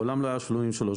מעולם לא היה 83 ביסט.